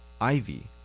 Ivy